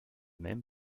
même